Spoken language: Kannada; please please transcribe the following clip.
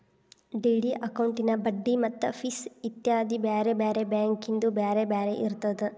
ಡಿ.ಡಿ ಅಕೌಂಟಿನ್ ಬಡ್ಡಿ ಮತ್ತ ಫಿಸ್ ಇತ್ಯಾದಿ ಬ್ಯಾರೆ ಬ್ಯಾರೆ ಬ್ಯಾಂಕಿಂದ್ ಬ್ಯಾರೆ ಬ್ಯಾರೆ ಇರ್ತದ